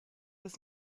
was